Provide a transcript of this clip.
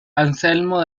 anselmo